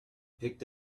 picked